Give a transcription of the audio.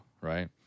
right